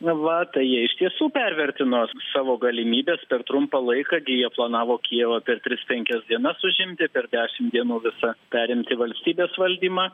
va tai jie iš tiesų pervertino savo galimybes per trumpą laiką gi jie planavo kijevo per tris penkias dienas užimti per dešimt dienų visą perimti valstybės valdymą